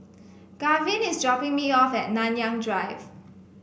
Garvin is dropping me off Nanyang Drive